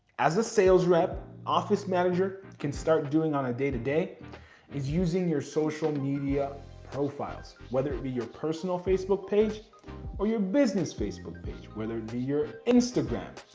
as a sales rep, office manager can start doing on a day to day is using your social media profiles. whether it be your personal facebook page or your business facebook page. whether it be your instagram,